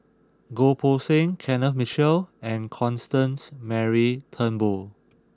Goh Poh Seng Kenneth Mitchell and Constance Mary Turnbull